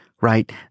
right